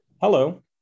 Hello